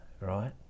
right